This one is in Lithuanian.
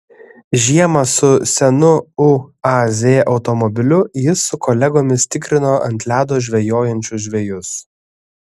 žiemą su senu uaz automobiliu jis su kolegomis tikrino ant ledo žvejojančius žvejus